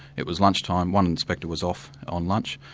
it was lunchtime, one inspector was off on lunch,